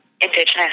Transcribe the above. Indigenous